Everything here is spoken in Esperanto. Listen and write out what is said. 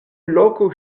loko